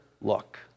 look